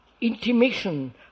intimation